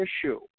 issue